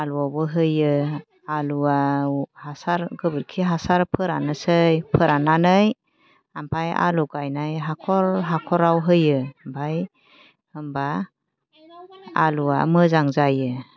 आलुआवबो होयो आलुआव हासार गोबोरखि हासार फोराननोसै फोरान्नानै ओमफ्राय आलु गायनाय हाख'र हाख'रआव होयो ओमफ्राय होनबा आलुआ मोजां जायो